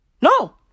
No